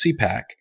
CPAC